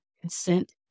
consent